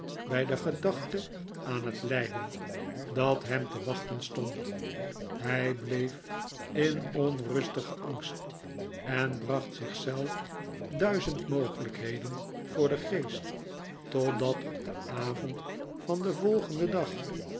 bij de gedachte aan het lijden dat hem te wachten stond hij bleef in onrustigen angst en bracht zich zelf duizend mogelijkheden voor den geest totdat op den avond van den volgenden dag